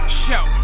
show